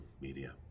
media